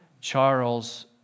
Charles